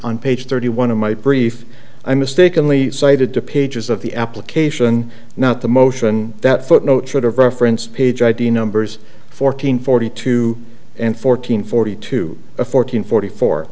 on page thirty one of my brief i mistakenly cited to pages of the application not the motion that footnote should have referenced page id numbers fourteen forty two and fourteen forty two fourteen forty four